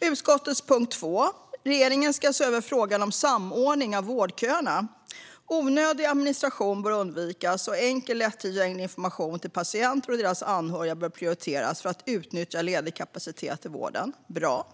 Utskottets förslag punkt 2: "Regeringen ska se över frågan om samordning av vårdköerna. Onödig administration bör undvikas, och enkel lättillgänglig information till patienter och deras anhöriga bör prioriteras för att utnyttja ledig kapacitet i vården." Bra!